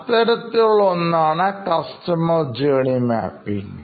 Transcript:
അത്തരത്തിലുള്ള ഒന്നാണ്കസ്റ്റമർ journey mapping